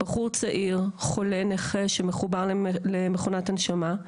בחור צעיר, חולה, נכה שמחובר למכונת הנשמה.